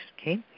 okay